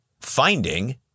finding